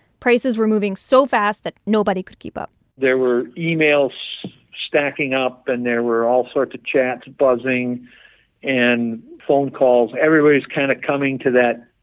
prices were moving so fast that nobody could keep up there were emails stacking up. and there were all sorts of chats buzzing and phone calls. everybody's kind of coming to that,